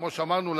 וכמו שאמרנו,